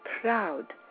proud